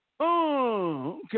okay